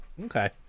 Okay